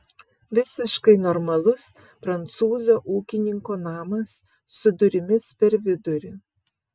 visiškai normalus prancūzo ūkininko namas su durimis per vidurį